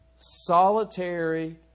solitary